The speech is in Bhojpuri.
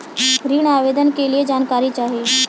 ऋण आवेदन के लिए जानकारी चाही?